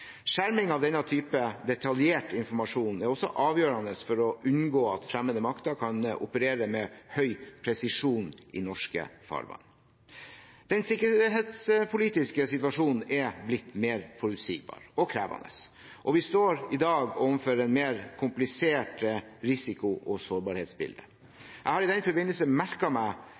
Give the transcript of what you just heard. Skjerming av denne type detaljert informasjon er avgjørende for å unngå at fremmede makter kan operere med høy presisjon i norske farvann. Den sikkerhetspolitiske situasjonen har blitt mer uforutsigbar og krevende. Vi står i dag overfor et mer komplisert risiko- og sårbarhetsbilde. Jeg har i den forbindelse merket meg